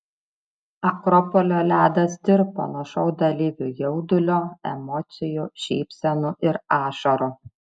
akropolio ledas tirpo nuo šou dalyvių jaudulio emocijų šypsenų ir ašarų